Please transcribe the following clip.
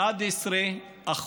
11%,